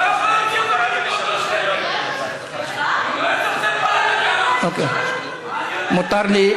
אתה לא יכול להוציא אותו, מותר לי.